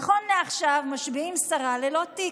נכון לעכשיו משביעים שרה ללא תיק,